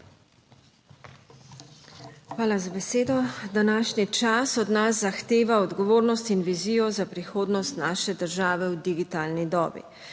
Hvala za besedo. Današnji čas od nas zahteva odgovornost in vizijo za prihodnost naše države v digitalni dobi.